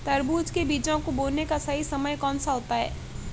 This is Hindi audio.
तरबूज के बीजों को बोने का सही समय कौनसा होता है?